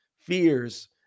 fears